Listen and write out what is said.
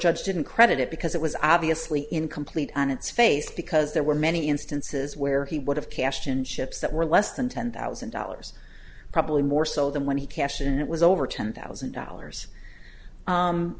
judge didn't credit it because it was obviously incomplete on its face because there were many instances where he would have cashed in ships that were less than ten thousand dollars probably more so than when he cashed it and it was over ten thousand dollars